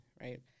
right